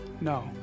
No